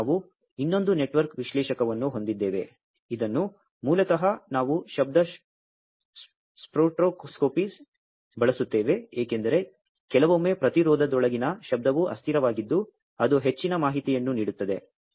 ಮತ್ತು ನಾವು ಇನ್ನೊಂದು ನೆಟ್ವರ್ಕ್ ವಿಶ್ಲೇಷಕವನ್ನು ಹೊಂದಿದ್ದೇವೆ ಇದನ್ನು ಮೂಲತಃ ನಾವು ಶಬ್ದ ಸ್ಪೆಕ್ಟ್ರೋಸ್ಕೋಪಿಗಾಗಿ ಬಳಸುತ್ತೇವೆ ಏಕೆಂದರೆ ಕೆಲವೊಮ್ಮೆ ಪ್ರತಿರೋಧದೊಳಗಿನ ಶಬ್ದವು ಅಸ್ಥಿರವಾಗಿದ್ದು ಅದು ಹೆಚ್ಚಿನ ಮಾಹಿತಿಯನ್ನು ನೀಡುತ್ತದೆ